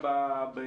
חשוב.